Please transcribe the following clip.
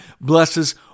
blesses